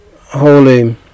Holy